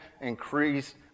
increased